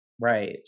Right